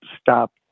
stop